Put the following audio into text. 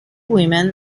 women